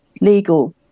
legal